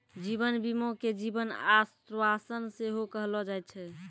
जीवन बीमा के जीवन आश्वासन सेहो कहलो जाय छै